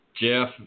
Jeff